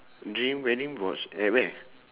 dream wedding was at where